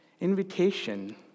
Invitation